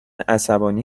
عصبانی